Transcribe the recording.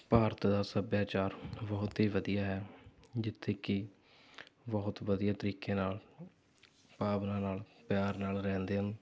ਭਾਰਤ ਦਾ ਸੱਭਿਆਚਾਰ ਬਹੁਤ ਹੀ ਵਧੀਆ ਹੈ ਜਿੱਥੇ ਕਿ ਬਹੁਤ ਵਧੀਆ ਤਰੀਕੇ ਨਾਲ ਭਾਵਨਾ ਨਾਲ ਪਿਆਰ ਨਾਲ ਰਹਿੰਦੇ ਹਨ